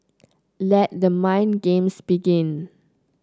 let the mind games begin